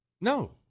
No